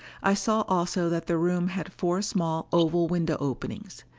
i saw also that the room had four small oval window openings.